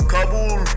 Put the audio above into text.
Kabul